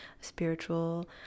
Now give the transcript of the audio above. spiritual